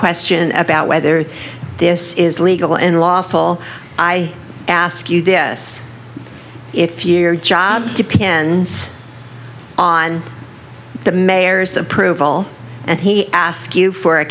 question about whether this is legal and lawful i ask you this if year job depends on the mayor's approval and he ask you for a